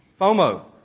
FOMO